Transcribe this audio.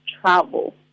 travel